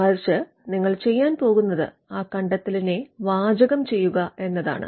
മറിച്ച് നിങ്ങൾ ചെയ്യാൻ പോകുന്നത് ആ കണ്ടത്തെലിനെ വാചകം ചെയ്യുക എന്നതാണ്